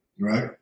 Right